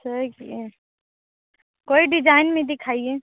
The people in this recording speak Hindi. अच्छा एक ही है कोई डिजाइन में दिखाइए